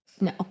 No